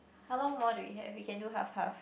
how long more do we have we can do half half